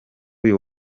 uyu